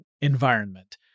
environment